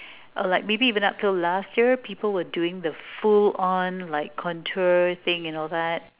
uh like maybe even up til last year people were doing the full on like contour thing you know that